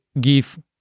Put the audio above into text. give